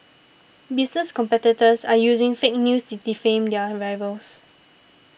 business competitors are using fake news to defame their rivals